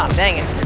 um dang it.